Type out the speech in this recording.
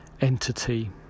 entity